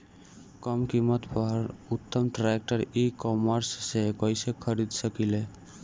कम कीमत पर उत्तम ट्रैक्टर ई कॉमर्स से कइसे खरीद सकिले?